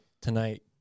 tonight